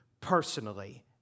personally